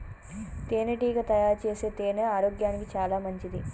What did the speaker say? తేనెటీగ తయారుచేసే తేనె ఆరోగ్యానికి చాలా మంచిది